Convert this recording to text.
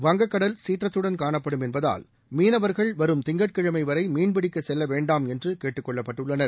வங்கக்கடல் சீற்றத்துடன் காணப்படும் என்பதால் மீனவர்கள் வரும் திங்கட்கிழமை வரை மீன்பிடிக்க செல்லவேண்டாம் என்று கேட்டுக்கொள்ளப்பட்டுள்ளனர்